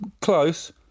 close